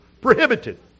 prohibited